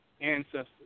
ancestors